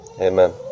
Amen